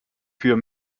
für